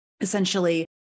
essentially